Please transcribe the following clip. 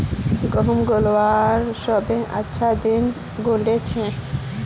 गहुम लगवार सबसे अच्छा दिन कुंडा होचे?